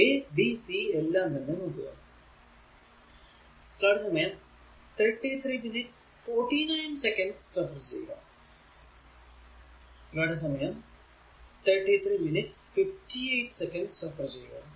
ഈ a b c എല്ലാം തന്നെ നോക്കുക